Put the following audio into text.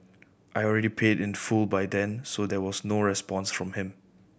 I already paid in full by then so there was no response from him